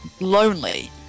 lonely